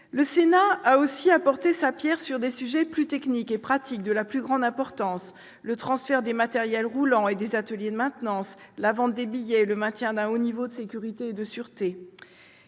Le Sénat a aussi apporté sa pierre sur des sujets plus techniques et pratiques, de la plus grande importance : le transfert des matériels roulants et des ateliers de maintenance, la vente des billets, le maintien d'un haut niveau de sécurité et de sûreté.